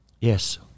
Yes